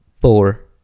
Four